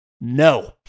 no